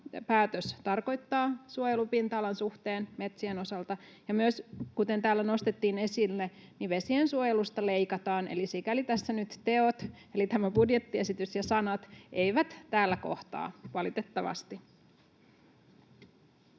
päätös tarkoittaa suojelupinta-alan suhteen metsien osalta? Ja myös, kuten täällä nostettiin esille, vesiensuojelusta leikataan, eli sikäli tässä nyt teot, eli tämä budjettiesitys, ja sanat eivät täällä kohtaa — valitettavasti.